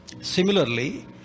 Similarly